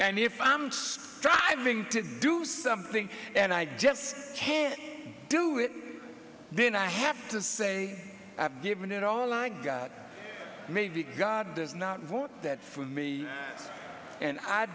and if i am striving to do something and i just can't do it then i have to say i've given it all i got maybe god does not want that for me and i